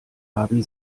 haben